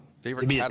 favorite